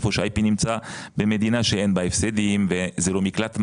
היכן שה-IP נמצא במדינה שאין בה הפסדים וזה לא מקלט מס,